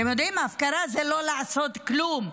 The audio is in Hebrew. אתם יודעים, הפקרה זה לא לעשות כלום,